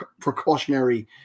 precautionary